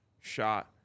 shot